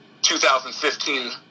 2015